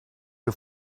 you